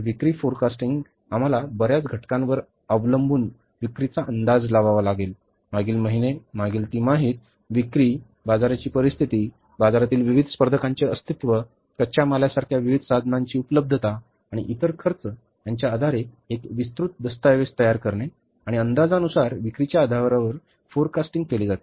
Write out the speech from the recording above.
विक्री फोरकास्टिंग आम्हाला बर्याच घटकांवर अवलंबून विक्रीचा अंदाज लावावा लागेल मागील महिने मागील तिमाहीत विक्री बाजाराची परिस्थिती बाजारातील विविध स्पर्धकांचे अस्तित्व कच्च्या मालासारख्या विविध साधनांची उपलब्धता आणि इतर खर्च यांच्या आधारे एक विस्तृत दस्तऐवज तयार करणे आणि अंदाजानुसार विक्रीच्या आधारावर फोरकास्टिंग केली जाते